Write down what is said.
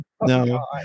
no